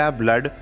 blood